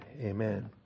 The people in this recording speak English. Amen